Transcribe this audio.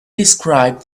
described